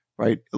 right